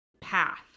path